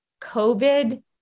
COVID